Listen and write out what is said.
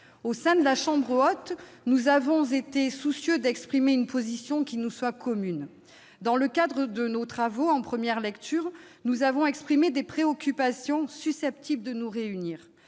Au sein de la chambre haute, nous avons été soucieux de défendre une position commune. Dans le cadre de nos travaux en première lecture, nous avons exprimé des préoccupations susceptibles de nous réunir.